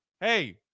hey